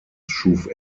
schuf